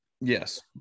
yes